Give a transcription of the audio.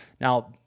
Now